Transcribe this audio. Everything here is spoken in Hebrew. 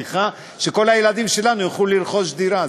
יוכלו לרכוש דירה.